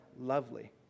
lovely